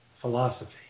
philosophy